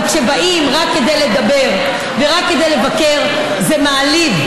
אבל כשבאים רק כדי לדבר ורק כדי לבקר, זה מעליב.